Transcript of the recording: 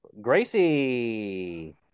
Gracie